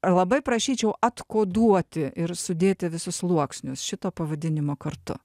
labai prašyčiau atkoduoti ir sudėti visus sluoksnius šito pavadinimo kartu